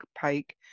pike